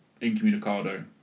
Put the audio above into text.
incommunicado